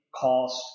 cost